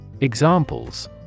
Examples